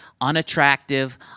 unattractive